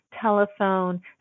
telephone